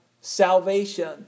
salvation